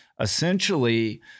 essentially